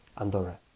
Andorra